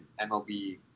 MLB